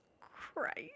Christ